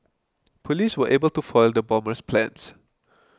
police were able to foil the bomber's plans